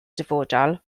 dyfodol